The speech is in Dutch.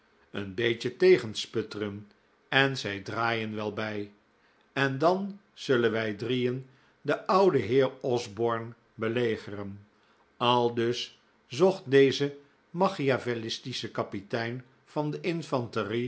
een beetje tegensputteren en zij draaien wel bij en dan zullen wij drieen den ouden heer osborne belegeren aldus zocht deze machiavellistische kapitein van de infanterie